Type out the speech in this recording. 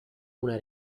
una